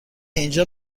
اینجا